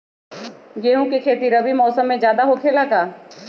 गेंहू के खेती रबी मौसम में ज्यादा होखेला का?